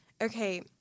Okay